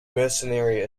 mercenary